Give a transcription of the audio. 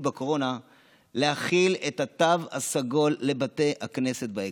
בקורונה להחיל את התו הסגול על בתי הכנסת בהקדם.